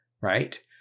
right